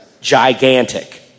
gigantic